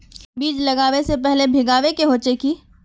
बीज लागबे से पहले भींगावे होचे की?